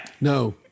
No